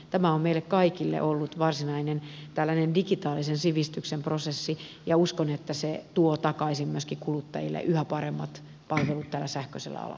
tämä on meille kaikille ollut varsinainen tällainen digitaalisen sivistyksen prosessi ja uskon että se tuo takaisin myöskin kuluttajille yhä paremmat palvelut tällä sähköisellä alalla